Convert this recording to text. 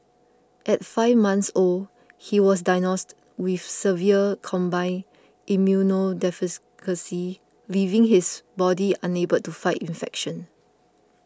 at five months old he was diagnosed with severe combined leaving his body unable to fight infections